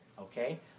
Okay